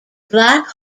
black